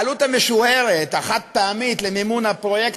העלות המשוערת החד-פעמית למימון הפרויקט